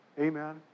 Amen